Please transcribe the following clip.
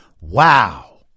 Wow